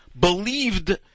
believed